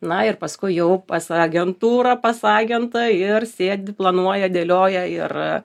na ir paskui jau pas agentūrą pas agentą ir sėdi planuoja dėlioja ir